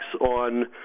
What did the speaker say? on